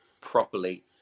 properly